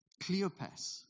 Cleopas